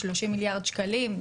30 מיליארד שקלים.